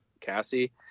Cassie